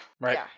Right